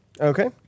Okay